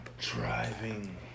driving